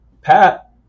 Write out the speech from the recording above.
Pat